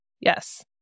Yes